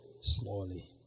slowly